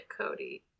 Cody